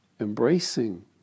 embracing